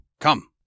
Come